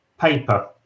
paper